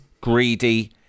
greedy